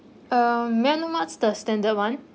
uh may I know what's the standard [one]